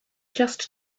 just